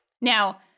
Now